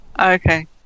Okay